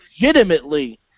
legitimately